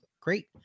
great